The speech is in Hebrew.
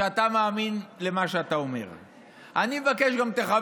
אני יודע שאתה, אני יודע שגם אתה,